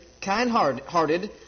kind-hearted